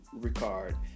Ricard